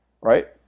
right